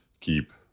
keep